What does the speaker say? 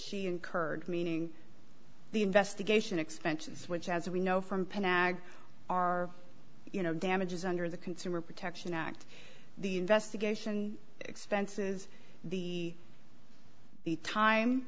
she incurred meaning the investigation expenses which as we know from penn ag are you know damages under the consumer protection act the investigation expenses the the time